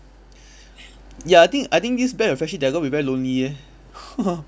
ya I think I think this batch of freshie they're going to be very lonely eh